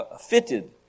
fitted